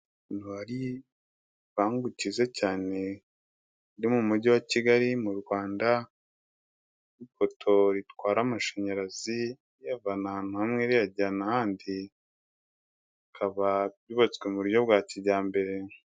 Ahantu hari igipangu cyiza cyane kiri mu mujyi wa Kigali mu Rwanda, ipoto ritwara amashanyarazi riyavana ahantu hamwe riyatwara ahandi. Ikaba yubatswe mu buryo bwa kijyambere.